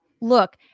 Look